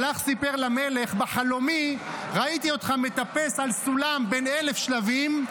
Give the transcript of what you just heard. הוא הלך סיפר למלך: בחלומי ראיתי אותך מטפס על סולם בן 1,000 שלבים,